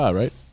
right